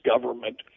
government